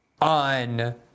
On